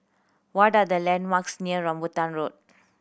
what are the landmarks near Rambutan Road